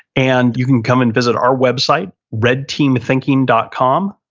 and you can come and visit our website, redteamthinking dot com.